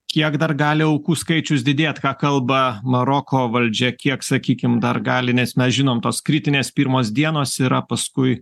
kiek dar gali aukų skaičius didėt ką kalba maroko valdžia kiek sakykim dar gali nes mes žinom tos kritinės pirmos dienos yra paskui